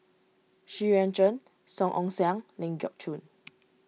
Xu Yuan Zhen Song Ong Siang Ling Geok Choon